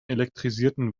elektrisierten